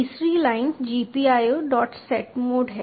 तीसरी line GPIOsetmode है